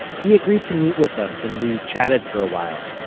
he agreed to meet with us, and we chatted for a while,